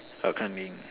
what I mean